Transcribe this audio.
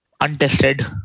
untested